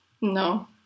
No